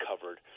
covered